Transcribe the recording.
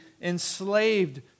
enslaved